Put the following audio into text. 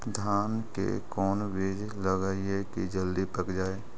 धान के कोन बिज लगईयै कि जल्दी पक जाए?